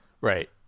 Right